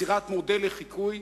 יצירת מודל לחיקוי,